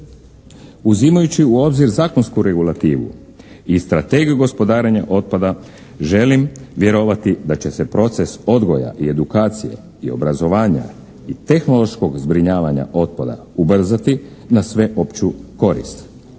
Uzimajući u obzir zakonsku regulativu i strategiju gospodarenja otpadom želim vjerovati da će se proces odgoja, edukacije i obrazovanja i tehnološkog zbrinjavanja otpada ubrzati na sveopću korist.